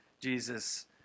Jesus